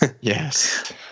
Yes